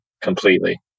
completely